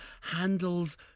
handles